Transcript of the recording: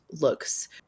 looks